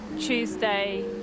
Tuesday